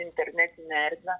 internetinę erdvę